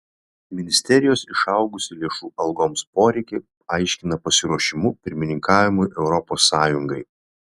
ministerijos išaugusį lėšų algoms poreikį aiškina pasiruošimu pirmininkavimui europos sąjungai